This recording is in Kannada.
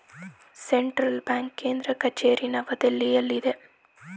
ಸೆಂಟ್ರಲ್ ಬ್ಯಾಂಕ್ ಕೇಂದ್ರ ಕಚೇರಿ ನವದೆಹಲಿಯಲ್ಲಿದೆ